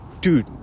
dude